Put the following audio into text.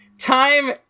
time